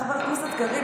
חבר הכנסת קריב,